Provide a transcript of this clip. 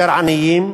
יותר עניים,